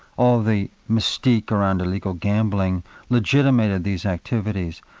all the mystique around illegal gambling legitimated these activities,